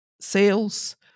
sales